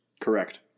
Correct